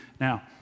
now